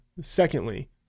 Secondly